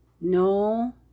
no